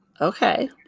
okay